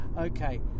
okay